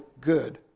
good